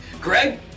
Greg